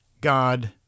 God